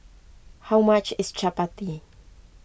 how much is Chappati